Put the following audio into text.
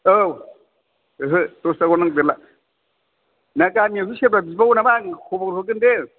औ ओहो दस्राखौ नांथ'ला ना गामियावसो सोरबा बिबावो नामा आं खबर हरगोन दे